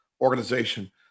organization